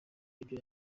ibyo